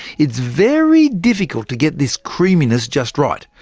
it is very difficult to get this creaminess just right.